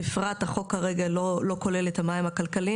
בפרט החוק כרגע לא כולל את המים הכלכליים